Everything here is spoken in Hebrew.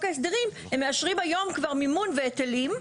ההסדרים הם מאשים היום כבר מימון והיטלים.